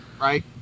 right